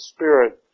Spirit